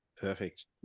Perfect